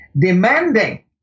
demanding